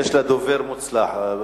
יש לה דובר מוצלח.